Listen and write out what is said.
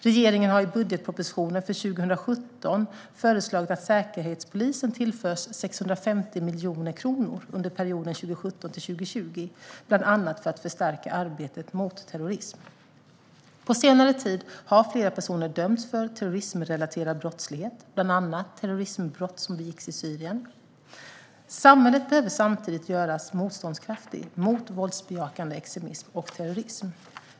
Regeringen har i budgetpropositionen för 2017 föreslagit att Säkerhetspolisen ska tillföras 650 miljoner kronor under perioden 2017-2020, bland annat för att förstärka arbetet mot terrorism. På senare tid har flera personer dömts för terrorismrelaterad brottslighet, bland annat terroristbrott som begicks i Syrien. Samhället behöver samtidigt göras motståndskraftigt mot våldsbejakande extremism och terrorism.